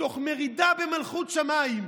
תוך מרידה במלכות שמיים,